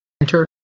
enter